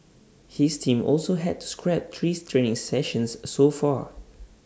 his team also had to scrap three training sessions so far